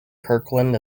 kirkland